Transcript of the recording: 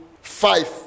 five